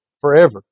forever